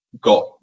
got